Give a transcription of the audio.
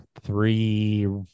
three